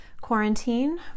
quarantine